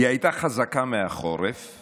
"היא הייתה חזקה מהחורף /